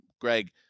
greg